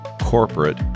corporate